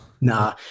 Nah